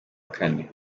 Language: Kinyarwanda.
kane